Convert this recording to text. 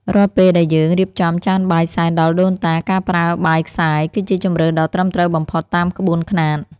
រាល់ពេលដែលយើងរៀបចំចានបាយសែនដល់ដូនតា ការប្រើបាយខ្សាយ គឺជាជម្រើសដ៏ត្រឹមត្រូវបំផុតតាមក្បួនខ្នាត។